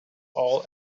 all